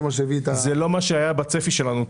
זה לא מה שהיה בצפי שלנו.